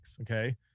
okay